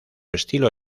estilo